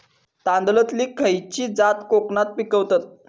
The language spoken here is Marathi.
तांदलतली खयची जात कोकणात पिकवतत?